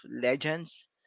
legends